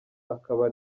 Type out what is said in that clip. akaba